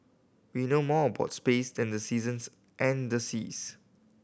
we know more about space than the seasons and the seas